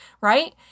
Right